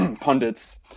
pundits